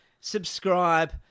subscribe